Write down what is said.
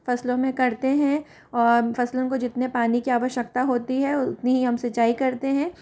फसलों में करते हैं और फसलों को जितने पानी की आवश्यकता होती है उतनी ही हम सिंचाई करते हैं